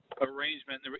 arrangement